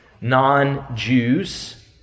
non-Jews